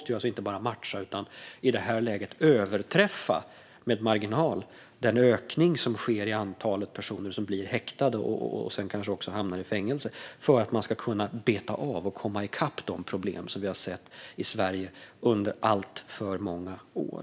Dessa måste inte bara matcha utan i detta läge med marginal överträffa den ökning som sker vad gäller antalet personer som blir häktade och kanske senare hamnar i fängelse för att man ska kunna beta av och komma i kapp de problem som vi har sett i Sverige under alltför många år.